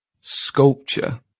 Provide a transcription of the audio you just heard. Sculpture